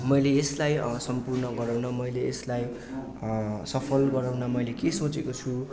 मैले यसलाई सम्पूर्ण गराउन मैले यसलाई सफल बनाउन मैले के सोचेको छु